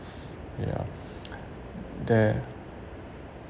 yeah there